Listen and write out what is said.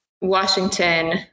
Washington